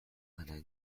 可能